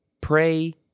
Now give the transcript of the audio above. Pray